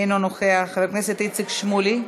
אינו נוכח, חבר הכנסת איציק שמולי?